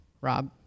Rob